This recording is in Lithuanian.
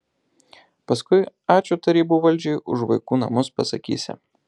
paskui ačiū tarybų valdžiai už vaikų namus pasakysi